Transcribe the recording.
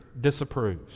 disapproves